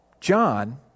John